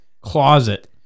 closet